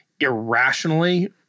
irrationally